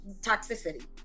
toxicity